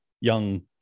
young